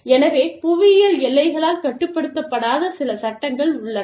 எனவே புவியியல் எல்லைகளால் கட்டுப்படுத்தப்படாத சில சட்டங்கள் உள்ளன